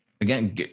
again